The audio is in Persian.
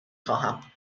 خواهم